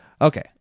Okay